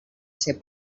ser